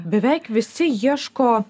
beveik visi ieško